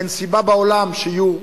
אין סיבה בעולם שיהיו.